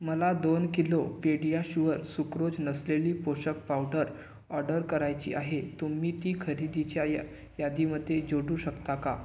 मला दोन kilo PediaSure sucrose नसलेली पोषक पावडर ऑर्डर करायची आहे तुम्ही ती खरेदीच्या या यादीमध्ये जोडू शकता का